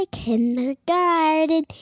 kindergarten